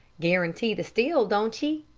guarantee the steel, don't ye?